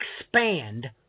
expand